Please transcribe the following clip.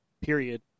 period